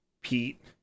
Pete